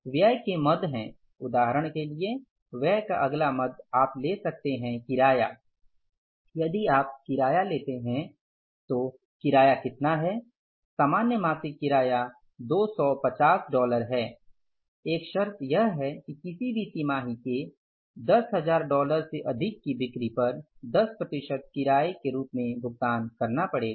व्यय के मद है उदाहरन के लिए व्यय का अगला मद आप ले सकते हैं किराया यदि आप किराया लेते हैं तो किराया कितना है सामान्य मासिक किराया 250 डॉलर है एक शर्त यह है कि किसी भी तिमाही के 10000 डॉलर से अधिक की बिक्री पर 10 प्रतिशत किराया के रूप में भुगतान करना पड़ेगा